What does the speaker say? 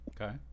okay